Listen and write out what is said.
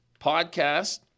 podcast